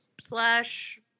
Slash